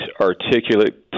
articulate